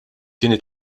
tieni